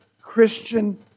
Christian